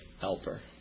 helper